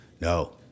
No